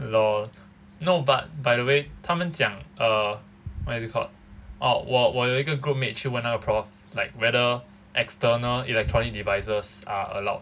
lol no but but by the way 他们讲 uh what is it called 我有一个 groupmate 去问那个 prof like whether external electronic devices are allowed